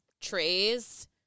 trays